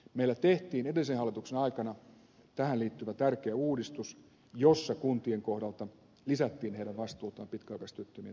meillä tehtiin edellisen hallituksen aikana tähän liittyvä tärkeä uudistus jossa kuntien kohdalta lisättiin niiden vastuuta pitkäaikaistyöttömien työllistämisessä